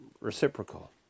reciprocal